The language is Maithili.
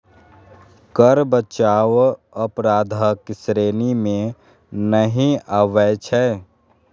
कर बचाव अपराधक श्रेणी मे नहि आबै छै